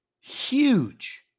huge